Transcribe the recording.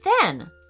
Then